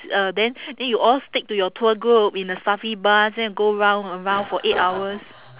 uh then then you all stick to your tour group in a stuffy bus then you go round and round for eight hours